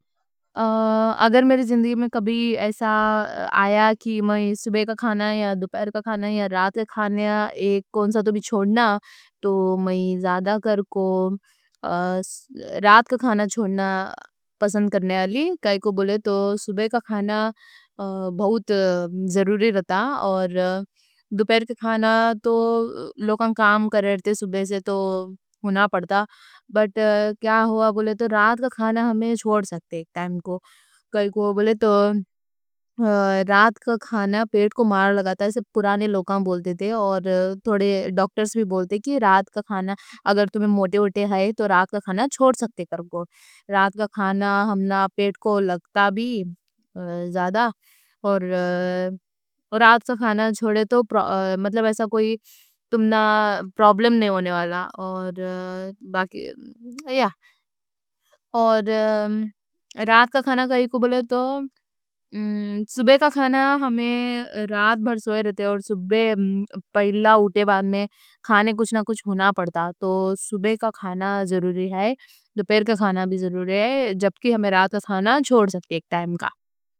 اگر میرے زندگی میں کبھی ایسا آیا کہ میں صبح کا کھانا یا دوپہر کا کھانا یا رات کا کھانا ایک کون سا تو بھی چھوڑنا، تو میں زیادہ کرکو رات کا کھانا چھوڑنا پسند کرنے والی۔ کائیں کوں بولے تو صبح کا کھانا بہت ضروری رہتا۔ اور دوپہر کا کھانا تو لوگاں کام کر رہتے صبح سے تو ہونا پڑتا، بٹ کیا ہوا بولے تو رات کا کھانا ہمنا چھوڑ سکتے ایک ٹائم کو۔ کائیں کوں بولے تو رات کا کھانا پیٹ کو مار لگاتا، ایسے پرانے لوگاں بولتے تھے اور تھوڑے ڈاکٹرز بھی بولتے کہ رات کا کھانا اگر تمہیں موٹے اٹھے تو رات کا کھانا چھوڑ سکتے۔ رات کا کھانا ہمنا پیٹ کو۔ لگتا بھی زیادہ اور رات کا کھانا چھوڑے تو مطلب ایسا کوئی پرابلم نی ہونے والا۔ اور باقی، رات کا کھانا کائیں کوں بولے تو صبح کا کھانا ہمنا رات بھر سوئے رہتے اور صبح پہلا اٹھے بعد میں کھانے کچھ نہ کچھ ہونا پڑتا، تو صبح کا کھانا ضروری ہے۔ دوپہر کا کھانا بھی ضروری ہے جبکہ ہمنا رات کا کھانا چھوڑ سکتے ایک ٹائم کا۔